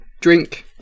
drink